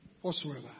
Whatsoever